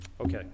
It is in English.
Okay